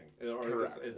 Correct